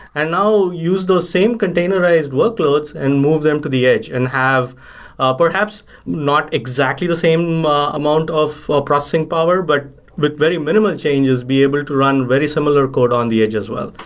and now use those same containerized workloads and move them to the edge and have perhaps not exactly the same amount of processing power, but but very minimal changes be able to run very similar code on the edge as well.